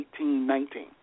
1819